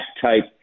type